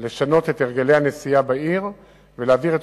לשנות את הרגלי הנסיעה בעיר ולהרגיל את